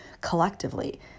collectively